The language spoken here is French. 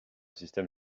système